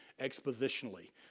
expositionally